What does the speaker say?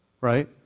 Right